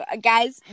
Guys